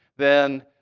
then